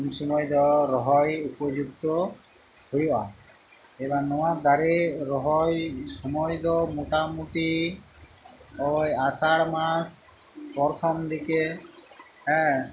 ᱩᱱ ᱥᱩᱢᱟᱹᱭ ᱫᱚ ᱨᱚᱦᱚᱭ ᱩᱯᱚᱡᱩᱠᱛᱚ ᱦᱩᱭᱩᱜᱼᱟ ᱮᱵᱚᱝ ᱱᱚᱣᱟ ᱫᱟᱨᱮ ᱨᱚᱦᱚᱭ ᱥᱩᱢᱟᱹᱭ ᱫᱚ ᱢᱚᱴᱟ ᱢᱩᱴᱤ ᱚᱭ ᱟᱥᱟᱲ ᱢᱟᱥ ᱯᱚᱨᱛᱷᱚᱢ ᱫᱤᱠᱮ ᱦᱮᱸ